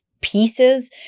pieces